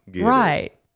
Right